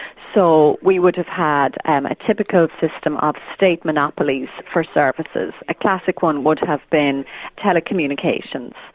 so we would have had a typical system of state monopolies for services. a classic one would have been telecommunications.